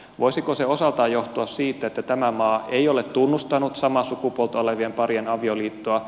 voisiko se osaltaan johtua siitä että tämä maa ei ole tunnustanut samaa sukupuolta olevien parien avioliittoa